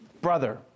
brother